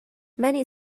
many